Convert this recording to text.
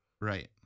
right